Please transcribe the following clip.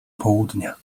południa